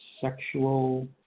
sexual